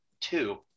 two